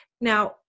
Now